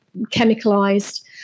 chemicalized